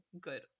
good